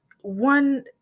One